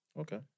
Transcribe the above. Okay